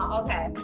okay